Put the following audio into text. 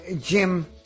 Jim